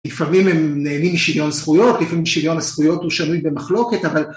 לפעמים הם נהנים משוויון זכויות, לפעמים שוויון הזכויות הוא שנוי במחלוקת, אבל